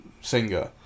singer